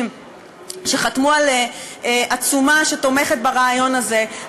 שחתמו על עצומה שתומכת ברעיון הזה,